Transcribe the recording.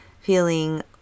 feeling